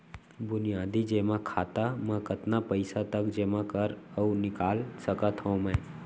बुनियादी जेमा खाता म कतना पइसा तक जेमा कर अऊ निकाल सकत हो मैं?